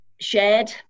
shared